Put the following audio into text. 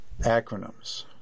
Acronyms